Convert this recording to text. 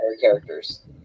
characters